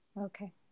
Okay